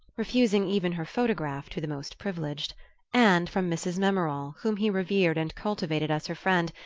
refusing even her photograph to the most privileged and from mrs. memorall, whom he revered and cultivated as her friend,